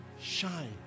shine